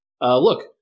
look